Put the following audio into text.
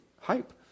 hype